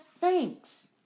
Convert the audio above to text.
thanks